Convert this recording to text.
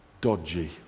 dodgy